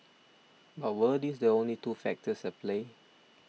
but were these the only two factors at play